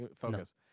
Focus